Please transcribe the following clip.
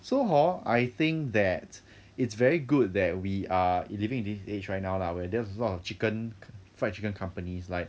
so hor I think that it's very good that we are living in this age right now lah where there's a lot of chicken fried chicken companies like